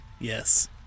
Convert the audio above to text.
yes